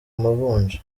amavunja